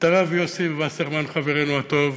את הרב יוסף וסרמן, חברנו הטוב,